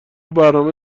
برنامه